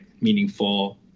meaningful